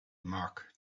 mark